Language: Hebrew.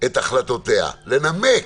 את החלטותיה, לנמק,